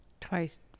Twice